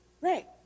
right